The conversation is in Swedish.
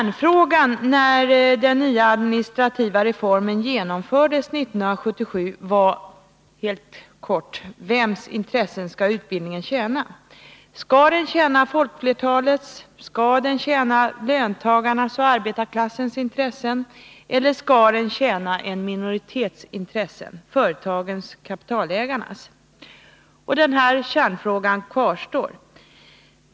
När den nya administrativa reformen genomfördes 1977 var kärnfrågan: Vems intressen skall utbildningen tjäna? Skall den tjäna folkflertalets, dvs. löntagarnas och arbetarklassens, intressen eller skall den tjäna en minoritets, nämligen företagens och kapitalägarnas? Denna kärnfråga kvarstår.